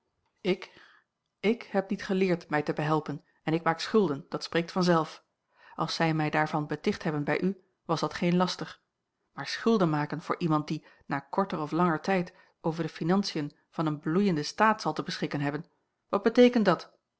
ik ik heb niet geleerd mij te behelpen en ik maak schulden dat spreekt vanzelf als zij mij daarvan beticht hebben bij u was dat geen laster maar schulden maken voor iemand die na korter of langer tijd over de financiën van een bloeienden staat zal te beschikken hebben wat beteekent dat